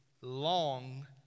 long